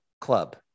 club